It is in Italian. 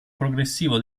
progressivo